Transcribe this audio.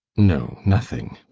no, nothing.